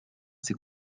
ses